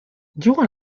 durant